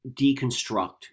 deconstruct